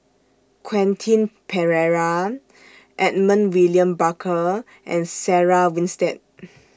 Quentin Pereira Edmund William Barker and Sarah Winstedt